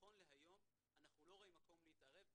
למה כי היום אין כל ה-16 ספרות אלא יש רק 4 ספרות.